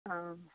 অ